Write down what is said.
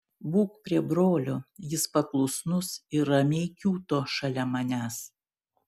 būk prie brolio jis paklusnus ir ramiai kiūto šalia manęs